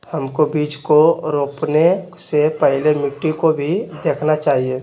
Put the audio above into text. हमको बीज को रोपने से पहले मिट्टी को भी देखना चाहिए?